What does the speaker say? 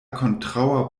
kontraŭa